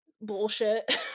bullshit